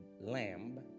Lamb